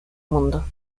mundo